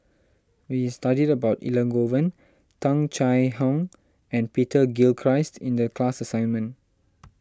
we studied about Elangovan Tung Chye Hong and Peter Gilchrist in the class assignment